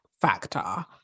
factor